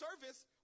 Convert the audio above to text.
service